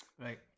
right